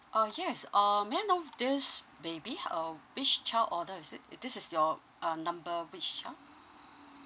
ah yes uh may I know this baby h~ uh which child order is it this is your uh number which child